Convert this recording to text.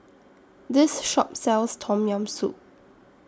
This Shop sells Tom Yam Soup